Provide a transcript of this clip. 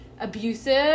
abusive